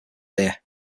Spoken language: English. here